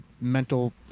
mental